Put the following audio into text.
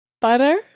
Butter